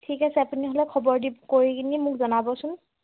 ঠিক আছে আপুনি হ'লে খবৰ দি কৰি কিনে মোক জনাবচোন